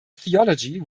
theology